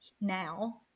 now